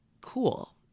cool